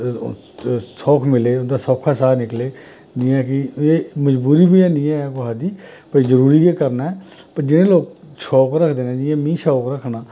सुख मिले उं'दा सौखा साह् निकले जि'यां कि एह् मजबूरी बी ऐनी ऐ कुसा दी कि कोई जरूरी गै करना ऐ पर जेह्डे़ लोग शौक रखदे न जि'यां में शौक रखना